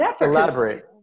Elaborate